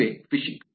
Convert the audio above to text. ಇದುವೇ ಫಿಶಿಂಗ್